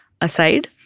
aside